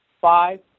Five